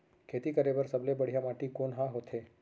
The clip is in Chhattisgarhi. खेती करे बर सबले बढ़िया माटी कोन हा होथे?